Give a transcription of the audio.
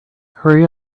hurry